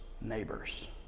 neighbors